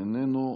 איננו,